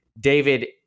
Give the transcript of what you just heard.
David